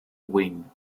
wing